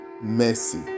mercy